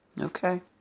Okay